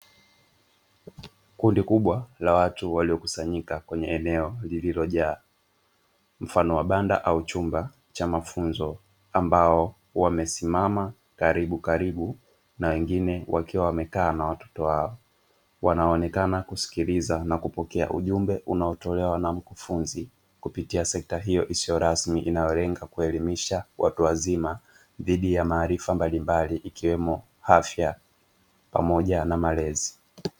Kundi kubwa la watu waliokusanyika kwenye eneo lililojaa mfano wa banda au chumba cha mafunzo ambao wamesimama karibukaribu na wengine wakiwa wamekaa na watoto wao; wanaonekana kusikiliza na kupokea ujumbe unaotolewa na mkufunzi kupitia sekta hiyo isiyo rasmi inayolenga kuelimisha watu wazima, dhidi ya maarifa mbalimbali ikiwemo afya pamoja na malezi.